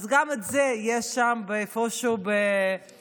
אז גם זה יהיה שם איפשהו בבוידם.